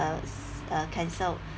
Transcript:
a a cancer